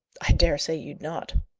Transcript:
i dare say you'd not,